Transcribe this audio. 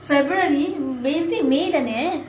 february நினைச்சேன்:ninaichaen may தானே:thaanae